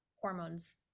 hormones